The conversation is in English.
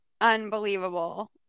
Unbelievable